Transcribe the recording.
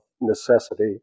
necessity